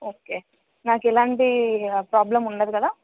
okay నాకు ఎలాంటి problem ఉండదు కదా